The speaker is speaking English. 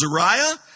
Zariah